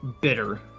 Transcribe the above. bitter